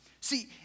See